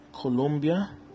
Colombia